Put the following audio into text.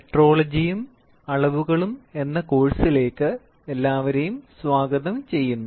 മെട്രോളജിയും അളവുകളും എന്ന കോഴ്സിലേക്ക് എല്ലാവരെയും സ്വാഗതം ചെയ്യുന്നു